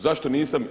Zašto nisam?